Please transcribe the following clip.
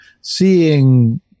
seeing